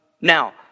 Now